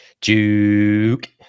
Juke